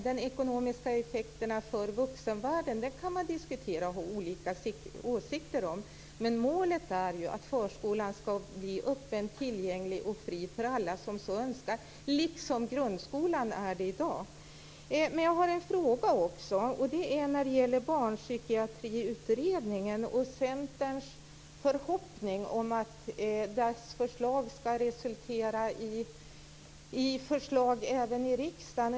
De ekonomiska effekterna för vuxenvärlden går det att diskutera och ha olika åsikter om. Men målet är att förskolan ska bli öppen, tillgänglig och fri för alla som så önskar, liksom grundskolan är det i dag. Jag har en fråga. Den gäller Barnpsykiatriutredningen och Centerns förhoppning om att utredningens förslag ska resultera i förslag i riksdagen.